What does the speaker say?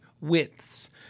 widths